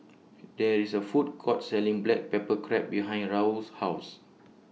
There IS A Food Court Selling Black Pepper Crab behind Raul's House